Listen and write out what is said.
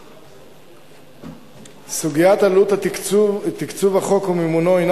2. סוגיית עלות תקצוב החוק ומימונו הינה